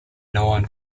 known